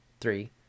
three